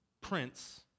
prince